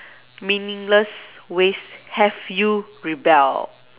meaningless ways have you rebelled